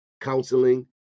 counseling